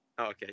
Okay